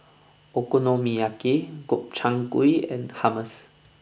Okonomiyaki Gobchang Gui and Hummus